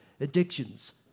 addictions